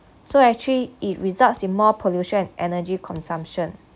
so actually it results in more pollution energy consumption